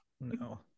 No